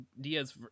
Diaz